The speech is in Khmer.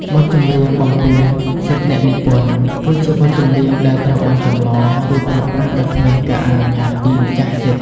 បទចម្រៀងបំពានសិទ្ធិអ្នកនិពន្ធ គឺជាបទចម្រៀងដែលត្រូវបានចម្លង ឬប្រើប្រាស់ដោយគ្មានការអនុញ្ញាតពីម្ចាស់សិទ្ធិ។